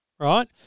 Right